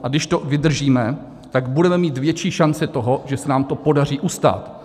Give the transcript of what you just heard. A když to vydržíme, tak budeme mít větší šanci, že se nám to podaří ustát.